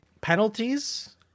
penalties